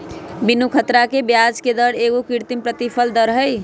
बीनू ख़तरा के ब्याजके दर एगो कृत्रिम प्रतिफल दर हई